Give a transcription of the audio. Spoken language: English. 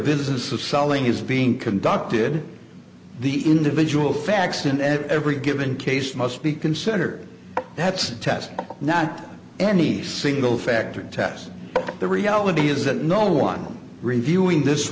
business of selling is being conducted the individual facts and at every given case must be considered that's a test not any single factor test the reality is that no one reviewing this